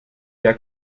der